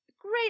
Great